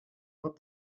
pas